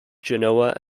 genoa